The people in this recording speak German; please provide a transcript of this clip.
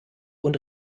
und